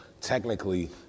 technically